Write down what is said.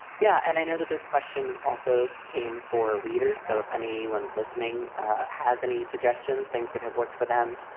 yeah. and i know that this question also came for readers. so if any one listening has any suggestions, things that have worked for them,